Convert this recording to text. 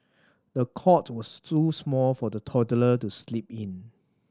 the cot was too small for the toddler to sleep in